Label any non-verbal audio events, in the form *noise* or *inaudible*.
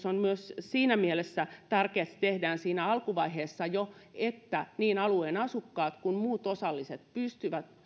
*unintelligible* on myös siinä mielessä tärkeä että se tehdään jo siinä alkuvaiheessa niin että niin alueen asukkaat kuin muut osalliset pystyvät